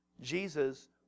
Jesus